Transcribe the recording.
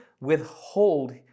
withhold